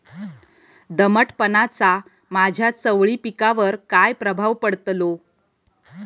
दमटपणाचा माझ्या चवळी पिकावर काय प्रभाव पडतलो?